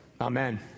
Amen